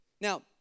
Now